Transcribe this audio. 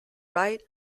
wright